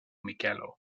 mikelo